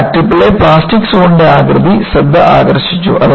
crack ടിപ്പിലെ plastic സോണിന്റെ ആകൃതി ശ്രദ്ധ ആകർഷിച്ചു